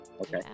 okay